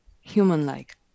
human-like